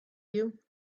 you